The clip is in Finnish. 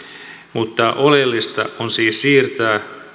mutta oleellista on siis siirtää